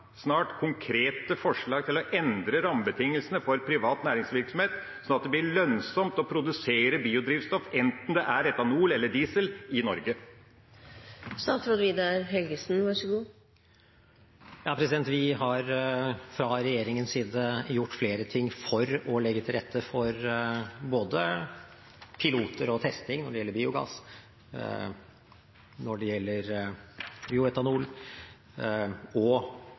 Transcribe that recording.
konkrete forslag om å endre rammebetingelsene for privat næringsvirksomhet, slik at det blir lønnsomt å produsere biodrivstoff – enten det er etanol eller diesel – i Norge? Vi har fra regjeringens side gjort flere ting for å legge til rette for både piloter og testing når det gjelder biogass, når det gjelder bioetanol, og